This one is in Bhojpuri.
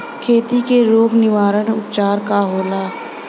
खेती के रोग निवारण उपचार का होला?